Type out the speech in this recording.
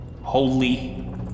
Holy